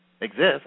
exist